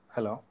Hello